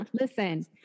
listen